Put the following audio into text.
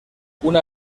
una